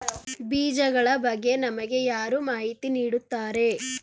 ಬೀಜಗಳ ಬಗ್ಗೆ ನಮಗೆ ಯಾರು ಮಾಹಿತಿ ನೀಡುತ್ತಾರೆ?